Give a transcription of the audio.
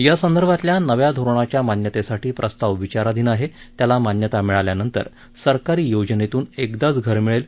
या संदर्भातल्या नव्या धोरणाच्या मान्यतेसाठी प्रस्ताव विचाराधीन आहे त्याला मान्यता मिळाल्यानंतर सरकारी योजनेतून एकदाच घर मिळेल